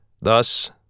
Thus